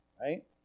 right